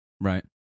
Right